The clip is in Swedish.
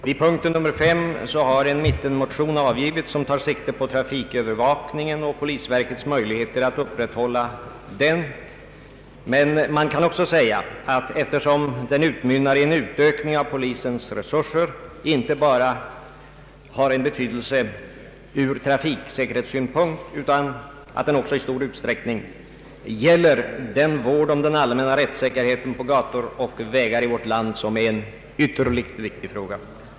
Vid punkten nr 5 har en mittenmotion avgivits som tar sikte på trafikövervakningen och polisverkets möjligheter att upprätthålla den, men man kan också säga att motionen, eftersom den utmynnar i en utökning av polisens resurser, inte bara har en betydelse ur trafiksäkerhetssynpunkt utan också i stor utsträckning gäller den vård om den allmänna rättssäkerheten på gator och vägar i vårt land som är en ytterligt viktig fråga.